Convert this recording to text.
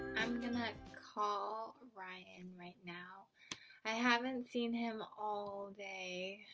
i'm gonna call ryan right now i haven't seen him all day